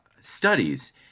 studies